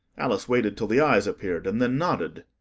alice waited till the eyes appeared, and then nodded.